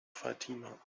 fatima